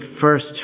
first